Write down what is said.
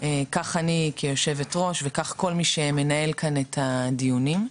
כך אני כיו"ר וכך כל מי שמנהל כאן את הדיונים.